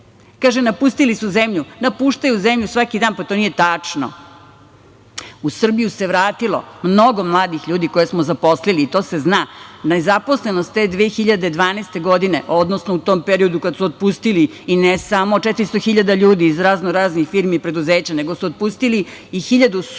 Kaže - napustili su zemlju, napuštaju zemlju svaki dan. Pa, to nije tačno.U Srbiju se vratilo mnogo mladih ljudi koje smo zaposlili i to se zna. Nezaposlenost te 2012. godine, odnosno u tom periodu kada su otpustili i ne samo 400.000 ljudi iz raznoraznih firmi i preduzeća, nego su otpustili i 1.000